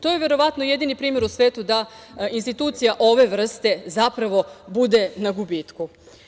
To je verovatno jedini primer u svetu da institucija ove vrste bude na gubitku.